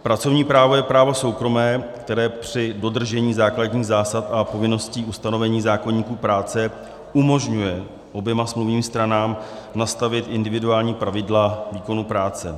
Pracovní právo je právo soukromé, které při dodržení základních zásad a povinností ustanovení zákoníku práce umožňuje oběma smluvním stranám nastavit individuální pravidla výkonu práce.